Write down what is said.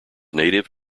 native